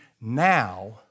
now